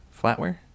Flatware